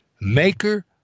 maker